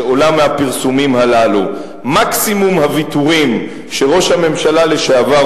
שעולה מהפרסומים הללו: מקסימום הוויתורים שראש הממשלה לשעבר